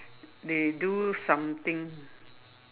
they do something